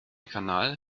kanal